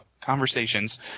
conversations